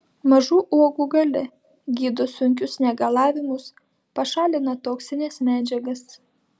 mažų uogų galia gydo sunkius negalavimus pašalina toksines medžiagas